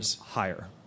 higher